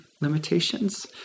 limitations